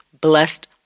Blessed